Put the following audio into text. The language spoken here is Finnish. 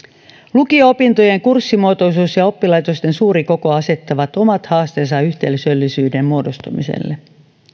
lukio opintojen kurssimuotoisuus ja oppilaitosten suuri koko asettavat omat haasteensa yhteisöllisyyden muodostumiselle